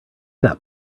that